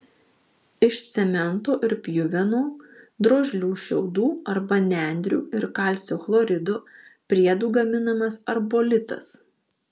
iš cemento ir pjuvenų drožlių šiaudų arba nendrių ir kalcio chlorido priedų gaminamas arbolitas